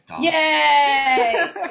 Yay